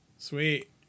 Sweet